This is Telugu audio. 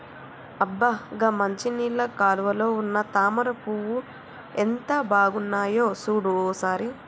అబ్బ గా మంచినీళ్ళ కాలువలో ఉన్న తామర పూలు ఎంత బాగున్నాయో సూడు ఓ సారి